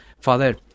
Father